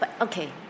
okay